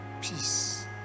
Peace